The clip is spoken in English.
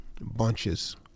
Bunches